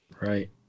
Right